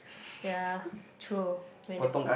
ya true when the